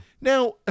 Now